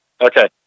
Okay